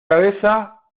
cabeza